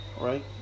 right